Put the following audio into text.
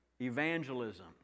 evangelism